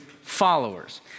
followers